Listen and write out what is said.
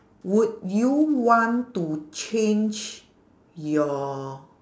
would you want to change your